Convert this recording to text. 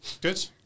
good